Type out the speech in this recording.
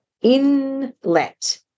inlet